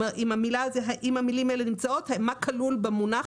כלומר, אם המילים האלה נמצאות, מה כלול במונח.